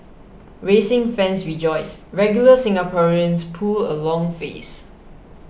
racing fans rejoice regular Singaporeans pull a long face